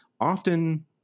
often